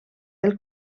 del